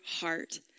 heart